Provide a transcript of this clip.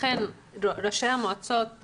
ראשי המועצות,